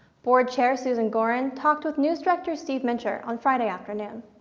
board chair susan gorin talked with news director steve mencher on friday afternoon.